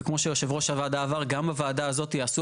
וכמו שיושב ראש הוועדה אמר גם הוועדה הזאת יעשו